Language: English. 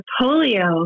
polio